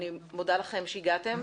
אני מודה לכם שהגעתם,